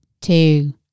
two